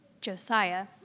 Josiah